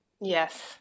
Yes